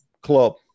club